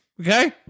Okay